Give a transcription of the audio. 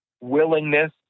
willingness